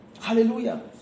Hallelujah